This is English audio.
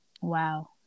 Wow